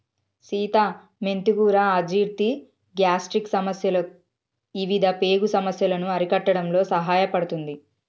సీత మెంతి కూర అజీర్తి, గ్యాస్ట్రిక్ సమస్యలు ఇవిధ పేగు సమస్యలను అరికట్టడంలో సహాయపడుతుంది